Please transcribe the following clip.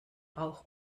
bauch